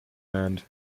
land